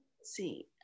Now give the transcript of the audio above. see